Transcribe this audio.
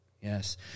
Yes